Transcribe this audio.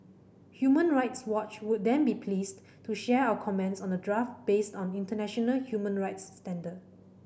Human Rights Watch would then be pleased to share our comments on the draft based on international human rights standard